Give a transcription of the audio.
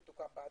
שתוקם בעתיד,